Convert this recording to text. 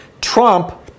Trump